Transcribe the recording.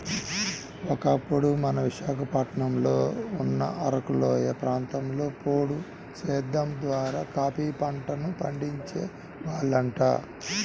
ఒకప్పుడు మన విశాఖపట్నంలో ఉన్న అరకులోయ ప్రాంతంలో పోడు సేద్దెం ద్వారా కాపీ పంటను పండించే వాళ్లంట